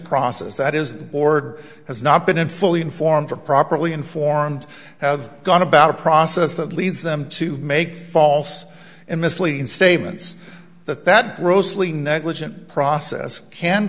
process that is ordered has not been fully informed or properly informed have gone about a process that leads them to make false and misleading statements that that grossly negligent process can